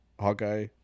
Hawkeye